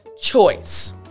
choice